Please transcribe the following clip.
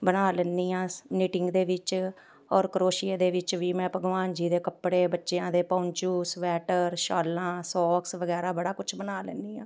ਬਣਾ ਲੈਂਦੀ ਹਾਂ ਨੀਟਿੰਗ ਦੇ ਵਿੱਚ ਔਰ ਕਰੋਸ਼ੀਆ ਦੇ ਵਿੱਚ ਵੀ ਮੈਂ ਭਗਵਾਨ ਜੀ ਦੇ ਕੱਪੜੇ ਬੱਚਿਆਂ ਦੇ ਪੌਚੂ ਸਵੈਟਰ ਸ਼ਾਲਾਂ ਸੋਕਸ ਵਗੈਰਾ ਬੜਾ ਕੁਛ ਬਣਾ ਲੈਂਦੀ ਹਾਂ